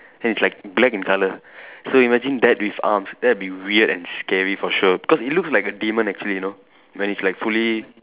and it's like black in colour so imagine that with arms that'll be weird and scary for sure cause it looks like a demon actually you know when it's like fully